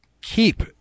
keep